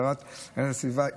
השרה להגנת הסביבה.